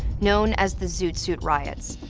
known as the zoot suit riots.